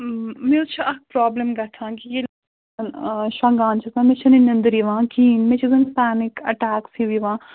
مےٚ حظ چھِ اَکھ پرٛابلِم گژھان کہِ ییٚلہِ شۄنٛگان چھِ آسان مےٚ چھِنہٕ نِنٛدٕر یِوان کِہیٖنٛۍ مےٚ چھِ زَن پینِک اَٹیکس ہِوۍ یِوان